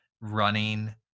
running